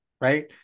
right